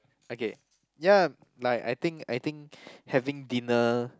okay ya like I think I think having dinner